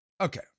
Okay